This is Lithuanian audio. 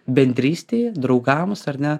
bendrystei draugams ar ne